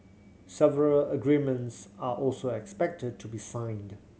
several agreements are also expected to be signed